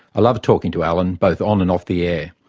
i loved talking to alan both on and off the air,